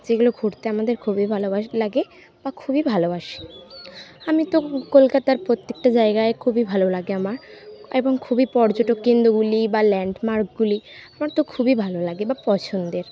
যেগুলো ঘুরতে আমাদের খুবই ভালোবাসি লাগে বা খুবই ভালোবাসি আমি তো কলকাতার প্রত্যেকটা জায়গায় খুবই ভালো লাগে আমার এবং খুবই পর্যটক কেন্দ্রগুলি বা ল্যান্ডমার্কগুলি আমার তো খুবই ভালো লাগে বা পছন্দের